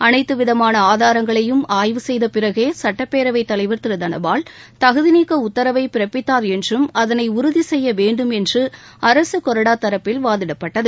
அளைத்து விதமான ஆதராங்களையும் ஆய்வு செய்த பிறகே சட்டப்பேரவை தலைவர் திரு தனபால் தகுதிநீக்க உத்தரவை பிறப்பித்தார் என்றும் அதனை உறுதி செய்ய வேண்டும் என்று அரசு கொறடா தரப்பில் வாதிடப்பட்டது